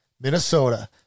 Minnesota